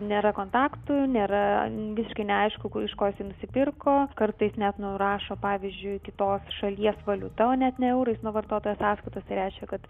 nėra kontaktų nėra visiškai neaišku ku iš ko jisai nusipirko kartais net nurašo pavyzdžiui kitos šalies valiuta net ne eurais nuo vartotojo sąskaitos tai reiškia kad